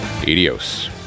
Adios